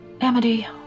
Amity